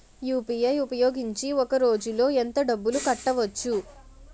UPI ఉపయోగించి ఒక రోజులో ఎంత డబ్బులు కట్టవచ్చు?